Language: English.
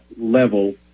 level